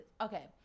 Okay